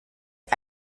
und